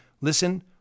listen